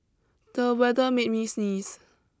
the weather made me sneeze